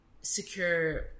secure